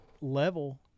level